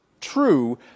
true